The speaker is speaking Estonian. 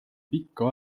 pikka